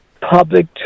public